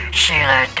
Sheila